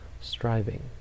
striving